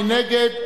מי נגד?